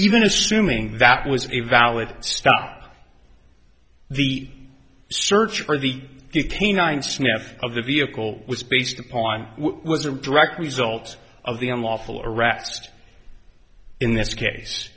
even assuming that was a valid stop the search for the canine sniff of the vehicle was based upon was a direct result of the unlawful arrest in this case